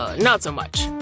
ah not so much,